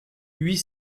huit